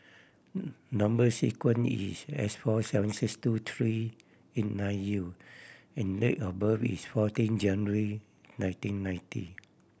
number sequence is S four seven six two three eight nine U and date of birth is fourteen January nineteen ninety